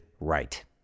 right